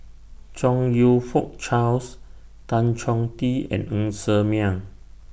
Chong YOU Fook Charles Tan Chong Tee and Ng Ser Miang